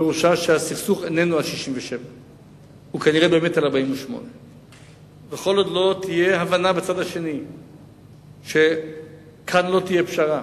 פירושה שהסכסוך איננו על 1967. הוא כנראה באמת על 1948. וכל עוד לא תהיה הבנה בצד השני שכאן לא תהיה פשרה,